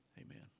Amen